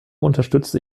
unterstützte